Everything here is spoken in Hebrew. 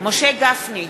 משה גפני,